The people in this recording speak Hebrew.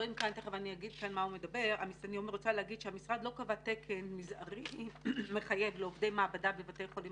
לא קבע תקן מזערי מחייב לעובדי מעבדה בבתי חולים